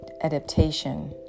adaptation